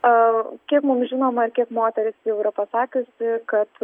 kiek mums žinoma kiek moteris jau yra pasakiusi kad